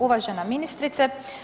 Uvažena ministrice.